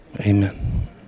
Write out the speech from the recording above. Amen